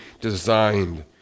designed